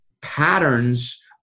patterns